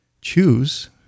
choose